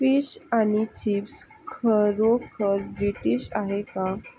fish आणि chips खरोखर British आहे का